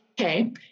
okay